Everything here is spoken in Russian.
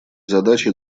задачей